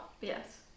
Yes